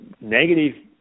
negative